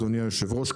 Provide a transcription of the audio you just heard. אדוני היושב-ראש,